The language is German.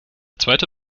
zweite